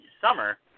summer